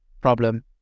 problem